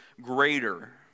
greater